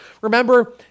Remember